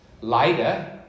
Later